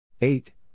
Eight